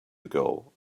ago